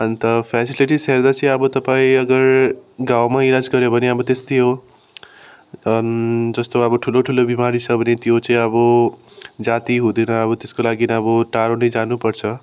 अन्त फेसेलेटिज हेर्दा चाहिँ अब तपाईँ अगर गाउँमा इलाज गऱ्यो भने अब त्यस्तै हो जस्तो अब ठुलो ठुलो बिमारी छ भने त्यो चाहिँ अब जाती हुँदैन अब त्यसको लागि अब टाढो नै जानुपर्छ